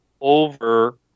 over